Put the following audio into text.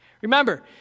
Remember